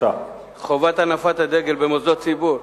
חובת הנפת הדגל במוסדות ציבור).